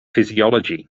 physiology